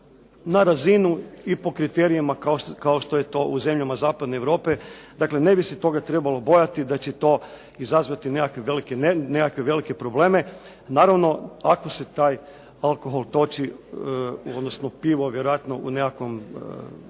na razinu i po kriterijima kao što je to u zemljama zapadne Europe. Dakle, ne bi se toga trebalo bojati da će to izazvati nekakve velike probleme. Naravno ako se taj alkohol toči, odnosno pivo vjerojatno u nekakvom